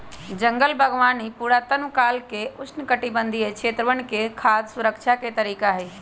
जंगल बागवानी पुरातन काल से उष्णकटिबंधीय क्षेत्रवन में खाद्य सुरक्षा के तरीका हई